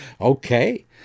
Okay